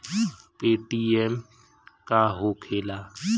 Paytm का होखेला?